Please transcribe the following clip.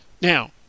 Now